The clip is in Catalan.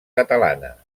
catalana